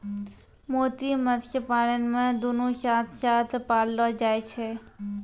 मोती मत्स्य पालन मे दुनु साथ साथ पाललो जाय छै